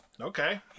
Okay